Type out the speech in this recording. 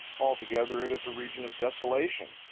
altogether it is a region of desolation.